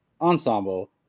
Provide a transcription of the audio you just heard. ensemble